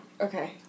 Okay